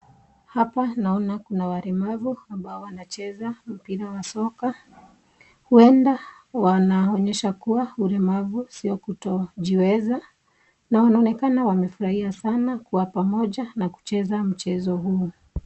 Hapa naona kuna walemavu ambao wanacheza mpira wa soka, huenda wanaonyesha kuwa ulemavu sio kutojiweza, na wanaonekana wamefurahia sana kuwa pamoja na kucheza mchezo huo.